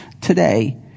today